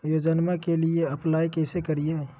योजनामा के लिए अप्लाई कैसे करिए?